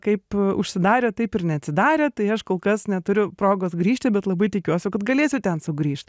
kaip užsidarė taip ir neatsidarė tai aš kol kas neturiu progos grįžti bet labai tikiuosi kad galėsiu ten sugrįžt